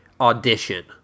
audition